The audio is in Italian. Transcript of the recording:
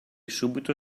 subito